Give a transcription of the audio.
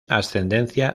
ascendencia